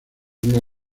una